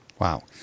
Wow